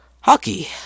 hockey